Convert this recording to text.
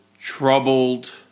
troubled